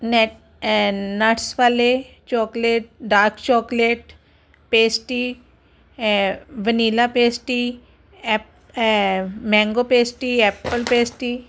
ਨੈ ਨਟਸ ਵਾਲੇ chocolate dark chocolate pastry vanilla pastry ਐਪ ਮੈਂਗੋ ਪੇਸਟੀ ਐਪਲ ਪੇਸਟੀ